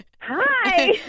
Hi